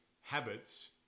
habits